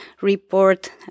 report